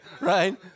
right